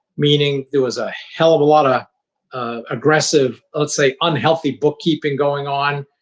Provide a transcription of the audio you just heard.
meaning, there was a hell of a lot of aggressive, let's say, unhealthy bookkeeping going on.